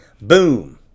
boom